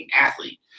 athlete